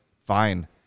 fine